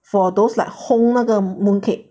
for those like 烘那个 mooncake